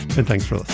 and thanks for